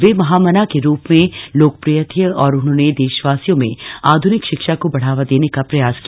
वे महामना के रूप में लोकप्रिय थे और उन्होंने देशवासियों में आधुनिक शिक्षा को बढावा देने का प्रयास किया